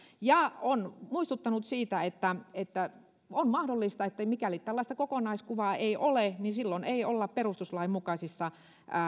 ja perustuslakivaliokunta on muistuttanut siitä että että on mahdollista että mikäli tällaista kokonaiskuvaa ei ole niin silloin ei olla perustuslain mukaisissa